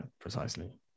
precisely